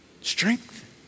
Strength